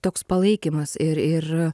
toks palaikymas ir ir